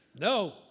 No